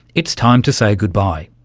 it's time to say goodbye.